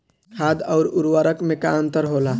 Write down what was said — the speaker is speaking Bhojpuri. खाद्य आउर उर्वरक में का अंतर होला?